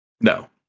No